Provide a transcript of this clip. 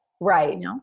Right